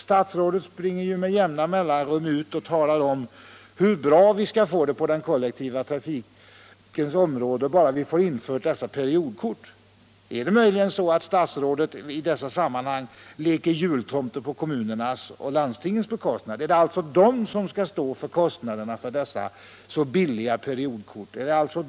Statsrådet springer med jämna mellanrum ut och talar om hur bra vi skall få det på den kollektiva trafikens område bara vi får dessa periodkort införda. Är det möjligen så att statsrådet i dessa sammanhang leker jultomte på kommunernas och landstingens bekostnad? Är det de som helt och hållet skall svara för kostnaderna för dessa så billiga periodkort?